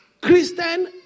Christian